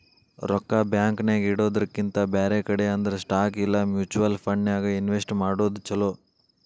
ರೊಕ್ಕಾ ಬ್ಯಾಂಕ್ ನ್ಯಾಗಿಡೊದ್ರಕಿಂತಾ ಬ್ಯಾರೆ ಕಡೆ ಅಂದ್ರ ಸ್ಟಾಕ್ ಇಲಾ ಮ್ಯುಚುವಲ್ ಫಂಡನ್ಯಾಗ್ ಇನ್ವೆಸ್ಟ್ ಮಾಡೊದ್ ಛಲೊ